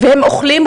הם אוכלים,